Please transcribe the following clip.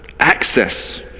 access